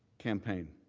campaign